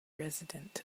resident